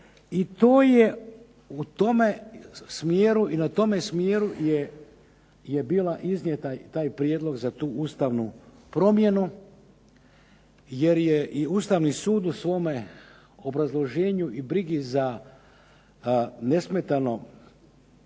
I to je u tome smjeru i na tome smjeru je bila iznijeta taj prijedlog za tu Ustavnu promjenu jer je Ustavni sud u svome obrazloženju i brigi na nesmetani